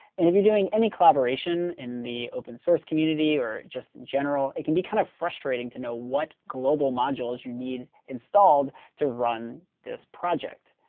and if you're doing any collaboration in the open source community or just in general, it can be kind of frustrating to know what global modules you need installed to run this project.